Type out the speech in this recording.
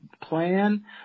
plan